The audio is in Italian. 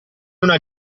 una